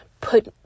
put